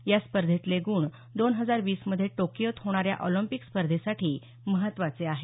या स्पर्धेतले गुण दोन हजार वीस मध्ये होणाऱ्या टोकियो ऑलिम्पिक स्पर्धेसाठी महत्त्वाचे आहेत